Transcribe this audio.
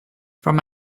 from